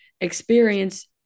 experience